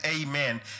amen